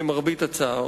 למרבה הצער,